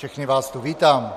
Všechny vás tu vítám.